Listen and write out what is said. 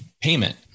payment